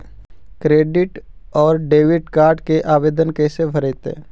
Credit और debit card के आवेदन कैसे भरैतैय?